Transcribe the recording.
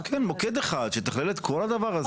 מוקד אחד שיתכלל את כל הדבר הזה.